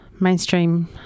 mainstream